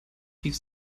rief